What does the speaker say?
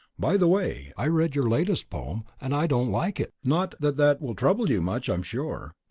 by the way, i read your latest poem and i don't like it not that that will trouble you much i'm sure.